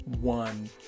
one